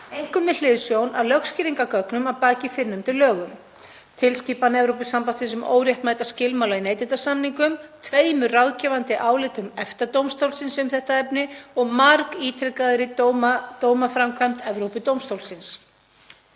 einkum með hliðsjón af lögskýringargögnum að baki fyrrnefndum lögum, tilskipan Evrópusambandsins um óréttmæta skilmála í neytendasamningum, tveimur ráðgefandi álitum EFTA-dómstólsins um þetta efni og margítrekaðri dómaframkvæmd Evrópudómstólsins.